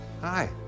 Hi